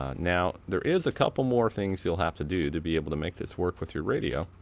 um now there is a couple more things you'll have to do to be able to make this work with your radio.